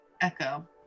echo